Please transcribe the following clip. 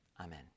Amen